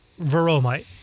Veromite